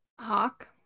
Hawk